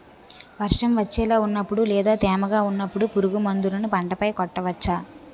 వర్షం వచ్చేలా వున్నపుడు లేదా తేమగా వున్నపుడు పురుగు మందులను పంట పై కొట్టవచ్చ?